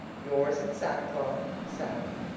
yours in sackcloth, sallie.